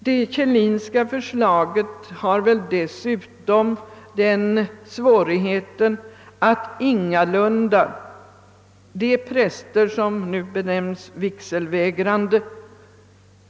Det Kjellinska förslaget kommer ingalunda att godtas av de präster, som nu henämnes vigselvägrande.